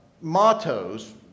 mottos